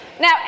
Now